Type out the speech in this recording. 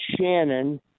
Shannon